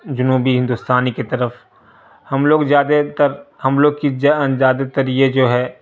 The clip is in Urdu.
جنوبی ہندوستانی کی طرف ہم لوگ زیادہ تر ہم لوگ کی زیادہ تر یہ جو ہے